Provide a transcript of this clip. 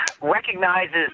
recognizes